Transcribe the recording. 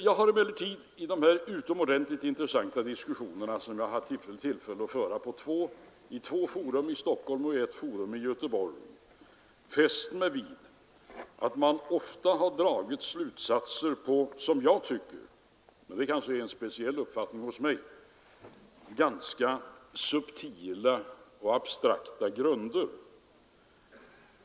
Jag har emellertid i dessa utomordentligt intressanta diskussioner, som jag haft tillfälle att föra i två fora i Stockholm och ett forum i Göteborg, fäst mig vid att man ofta dragit slutsatser på som jag tycker — men det är kanske en speciell uppfattning hos mig — ganska subtila och abstrakta grunder.